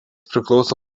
priklauso